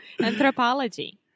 Anthropology